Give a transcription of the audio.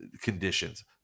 conditions